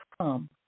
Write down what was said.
come